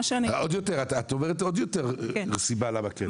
את אומרת עוד יותר סיבה למה כן.